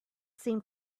seem